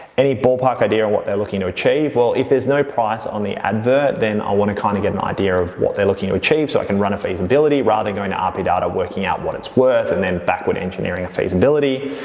any ballpark idea on what they're looking to achieve, well if there's no price on the advert then i want to kind of get an idea of what they're looking to achieve so i can run a feasibility rather than going to rp data, working out what it's worth and then backward engineering the feasibility.